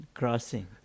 Crossing